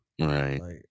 Right